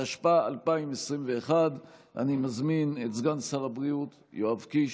התשפ"א 2021. אני מזמין את סגן שר הבריאות יואב קיש,